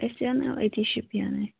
أسۍ اَنو أتی شُپیَنے